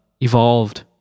evolved